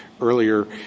earlier